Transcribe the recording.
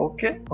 Okay